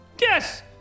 Yes